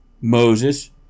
Moses